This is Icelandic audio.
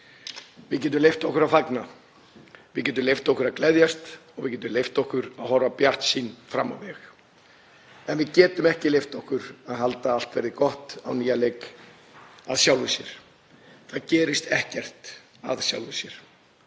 Við getum leyft okkur að fagna, við getum leyft okkur að gleðjast og við getum leyft okkur að horfa bjartsýn fram á veg en við getum ekki leyft okkur að halda allt verði gott á nýjan leik að sjálfu sér. Það gerist ekkert af sjálfu sér.